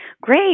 Great